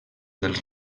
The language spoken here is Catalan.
dels